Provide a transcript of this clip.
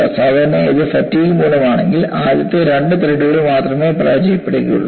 സാധാരണയായി ഇത് ഫാറ്റിഗ് മൂലം ആണെങ്കിൽ ആദ്യത്തെ രണ്ട് ത്രെഡുകൾ മാത്രമേ പരാജയപ്പെടുകയുള്ളൂ